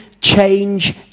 change